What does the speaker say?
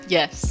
Yes